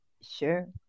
Sure